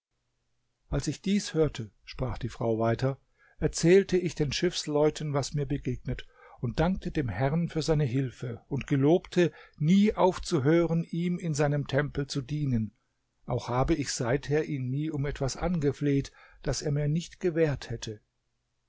als ich dies hörte sprach die frau weiter erzählte ich den schiffsleuten was mir begegnet und dankte dem herrn für seine hilfe und gelobte nie aufzuhören ihm in seinem tempel zu dienen auch habe ich seither ihn nie um etwas angefleht das er mir nicht gewährt hätte